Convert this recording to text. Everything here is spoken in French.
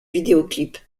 vidéoclips